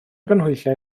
ganhwyllau